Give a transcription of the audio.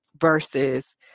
versus